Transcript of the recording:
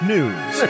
News